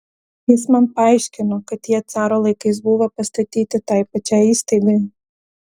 jis man paaiškino kad jie caro laikais buvo pastatyti tai pačiai įstaigai